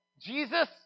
Jesus